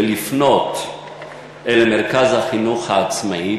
ולפנות אל מרכז החינוך העצמאי,